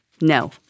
No